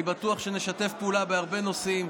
אני בטוח שנשתף פעולה בהרבה נושאים,